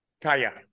Kaya